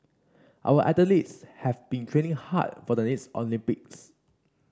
our athletes have been training hard for the next Olympics